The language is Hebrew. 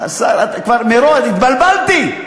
התבלבלתי,